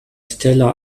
stella